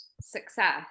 success